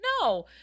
No